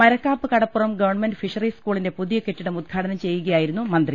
മര ക്കാപ്പ് Kadappuram government fisheries സ്കൂളിന്റെ പുതിയ കെട്ടിടം ഉദ്ഘാടനം ചെയ്യുകയായിരുന്നു മന്ത്രി